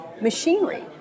machinery